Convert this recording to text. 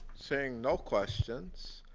seeing no questions